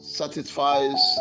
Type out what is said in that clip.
satisfies